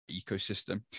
ecosystem